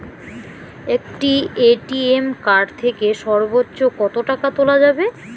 একটি ATM card থেকে সর্বোচ্চ কত টাকা তোলা যাবে?